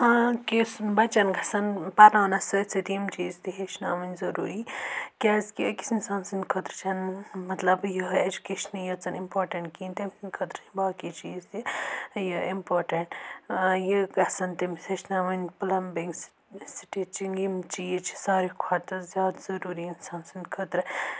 ہاں کیٚنہہ بَچن گژھن پرناونَس سۭتۍ سۭتۍ یِم چیٖز تہِ ہیٚچھناوٕنۍ ضٔروٗری کیازکہِ أکِس اِنسان سٕنٛدِ خٲطرٕ چھےٚ نہٕ مطلب یِہوے ایٚجُکیشنٕے یٲژَن اِمپاٹَنٛٹ کِہیٖنۍ تہِ نہٕ تمہِ سٕنٛدِ خٲطرٕ چھِ باقٕے چیٖز تہِ یہِ اِمپاٹَنٛٹ یہِ گژھان تٔمِس ہیٚچھناوٕنۍ پٕلَمبِنٛگ سِٹیٖچِنٛگ یِم چیٖز چھِ ساروی کھۄتہٕ زیادٕ ضٔروٗری اِنسان سٕنٛدِ خٲطرٕ